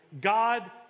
God